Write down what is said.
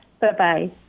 Bye-bye